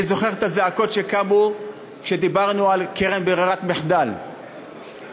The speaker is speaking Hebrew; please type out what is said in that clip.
אני זוכר את הזעקות שקמו כשדיברנו על קרן ברירת מחדל לפנסיה.